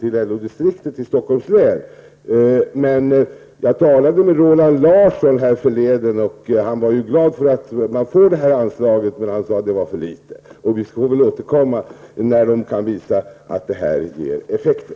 till LO distriktet i Stockholms län. Men jag talade med Roland Larsson härförleden. Han var ju glad för att man får det här anslaget, men han sade att det var för litet. Och vi får väl återkomma när det kan visas att det här ger effekter.